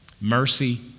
Mercy